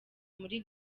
muri